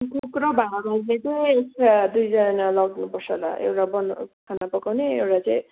cook र भाँडा मोल्ने चाहिँ एक्ट्रा दुईजना लग्नु पर्छ होला एउटा बन् खाना पकाउने एउटा चाहिँ